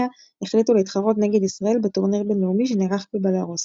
החליטו להתחרות נגד ישראל בטורניר בינלאומי שנערך בבלארוס.